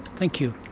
thank you.